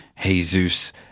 jesus